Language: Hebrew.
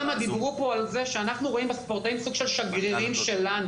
דיברו פה על זה שאנחנו רואים בספורטאים סוג של שגרירים שלנו,